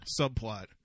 subplot